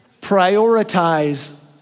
Prioritize